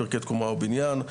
פרקי תקומה ובניין.